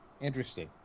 Interesting